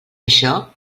això